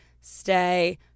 stay